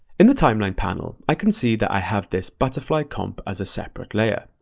in the timeline panel, i can see that i have this butterfly comp as a separate layer.